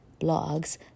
blogs